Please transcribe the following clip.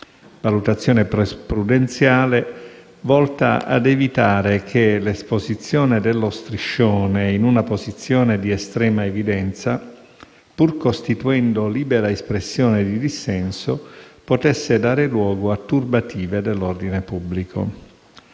valutazione prudenziale volta ad evitare che l'esposizione dello striscione in una posizione di estrema evidenza, pur costituendo libera espressione di dissenso, potesse dare luogo a turbative dell'ordine pubblico.